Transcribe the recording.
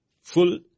Full